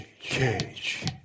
Cage